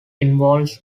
involves